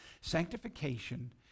Sanctification